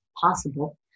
possible